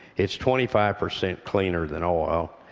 it's twenty five percent cleaner than oil.